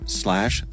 slash